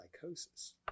psychosis